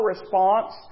response